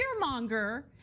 fearmonger